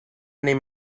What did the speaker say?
name